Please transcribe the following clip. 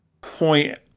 point